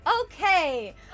Okay